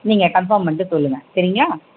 நீங்கள் கன்ஃபார்ம் பண்ணிவிட்டு சொல்லுங்கள் சரிங்களா